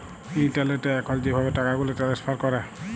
ইলটারলেটে এখল যেভাবে টাকাগুলা টেলেস্ফার ক্যরে